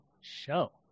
show